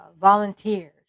volunteers